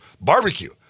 barbecue